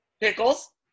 Pickles